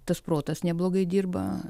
tas protas neblogai dirba